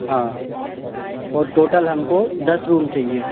हाँ और टोटल हमको दस रूम चाहिए